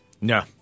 no